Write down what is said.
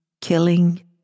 killing